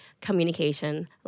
communication